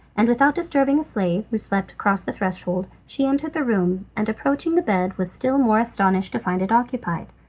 and without disturbing the slave, who slept across the threshold, she entered the room, and approaching the bed was still more astonished to find it occupied.